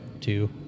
two